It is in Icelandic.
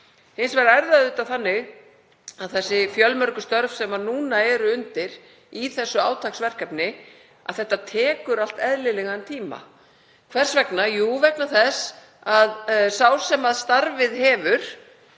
Hins vegar er það auðvitað þannig með þau fjölmörgu störf sem eru undir í þessu átaksverkefni að þetta tekur allt eðlilegan tíma. Hvers vegna? Jú, vegna þess að sá sem starfið hefur,